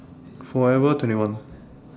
Forever twenty one